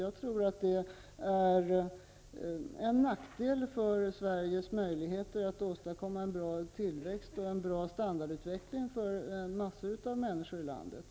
Jag tror att det minskar våra möjligheter att åstadkomma en bra tillväxt och en bra standardutveckling för en mängd människor i landet.